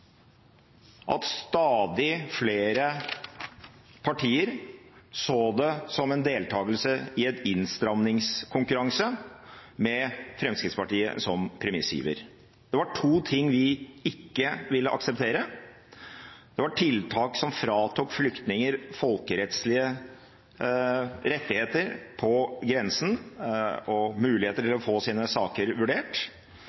at stadig flere partier så det som en deltakelse i en innstrammingskonkurranse, med Fremskrittspartiet som premissgiver. Det var to ting vi ikke ville akseptere. Det var tiltak som fratok flyktninger folkerettslige rettigheter på grensen og muligheter